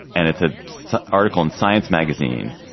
and it's a so article in science magazine,